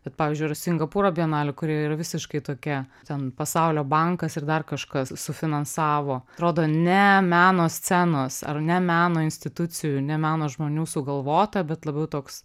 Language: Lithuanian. bet pavyzdžiui yra singapūro bienalė kuri yra visiškai tokia ten pasaulio bankas ir dar kažkas sufinansavo atrodo ne meno scenos ar ne meno institucijų ne meno žmonių sugalvota bet labiau toks